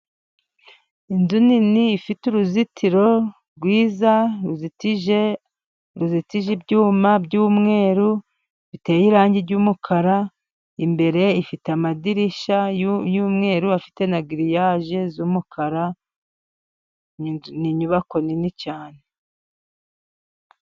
Inzu nini ifite uruzitiro rwiza ruzitije ibyuma byumweru, biteye irangi ry'umukara, imbere ifite amadirishya y'umweru afite na gririyaje z'umukara, ni inyubako nini cyane.